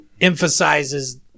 emphasizes